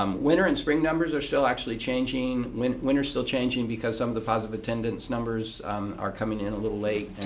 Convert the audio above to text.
um winter and spring numbers are still actually changing. winter still changing because some of the positive attendance numbers are coming in a little late,